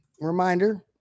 reminder